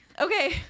okay